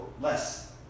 less